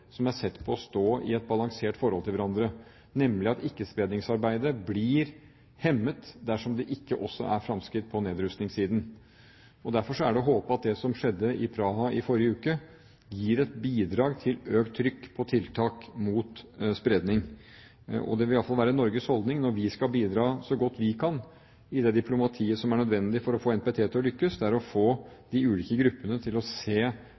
som står i et balansert forhold til hverandre, nemlig at ikkespredningsarbeidet blir hemmet dersom det ikke også er framskritt på nedrustningssiden. Derfor er det å håpe at det som skjedde i Praha i forrige uke, gir et bidrag til økt trykk på tiltak mot spredning. Det som i hvert fall vil være Norges holdning når vi skal bidra så godt vi kan i det diplomatiet som er nødvendig for å få NPT til å lykkes, er å få de ulike gruppene til å se